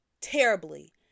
terribly